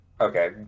Okay